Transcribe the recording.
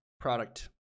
product